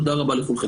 תודה רבה לכולם.